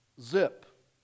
Zip